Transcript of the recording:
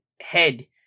head